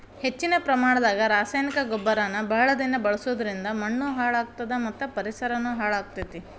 ಹೆಚ್ಚಿನ ಪ್ರಮಾಣದಾಗ ರಾಸಾಯನಿಕ ಗೊಬ್ಬರನ ಬಹಳ ದಿನ ಬಳಸೋದರಿಂದ ಮಣ್ಣೂ ಹಾಳ್ ಆಗ್ತದ ಮತ್ತ ಪರಿಸರನು ಹಾಳ್ ಆಗ್ತೇತಿ